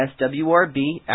swrb